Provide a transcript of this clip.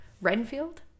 Renfield